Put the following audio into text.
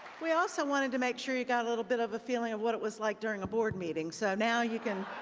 we also wanted to make sure you got a little bit of a feeling of what it was like during a board meeting, so now you can